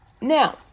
now